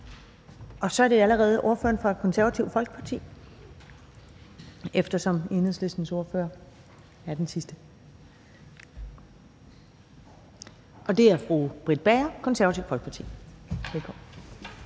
og så er det allerede ordføreren fra Det Konservative Folkeparti, eftersom Enhedslistens ordfører er den sidste, og det er fru Britt Bager. Kl.